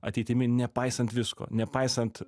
ateitimi nepaisant visko nepaisant